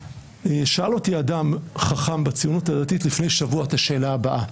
שאל אותי אדם חכם בציונות הדתית לפני שבוע את השאלה הבאה,